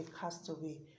castaway